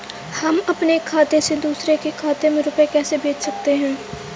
हम अपने खाते से दूसरे के खाते में रुपये कैसे भेज सकते हैं?